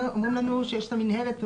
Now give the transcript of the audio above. אומרים לנו שיש את המינהלת,